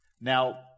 Now